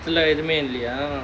எதுவுமே இல்லையா:edhuvumae illaiyaa